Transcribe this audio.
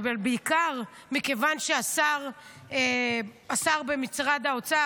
אבל בעיקר מכיוון שהשר במשרד האוצר,